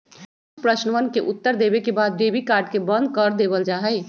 कुछ प्रश्नवन के उत्तर देवे के बाद में डेबिट कार्ड के बंद कर देवल जाहई